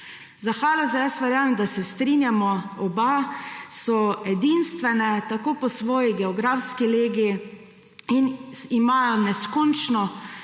Za Haloze jaz verjamem, da se strinjava oba, da so edinstvene po svoji geografski legi in imajo neskončno